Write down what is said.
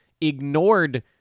ignored